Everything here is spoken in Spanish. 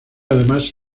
además